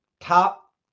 top